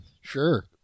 Sure